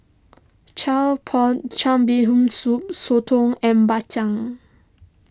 Pot Bee Hoon Soup Soto and Bak Chang